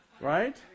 right